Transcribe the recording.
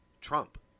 Trump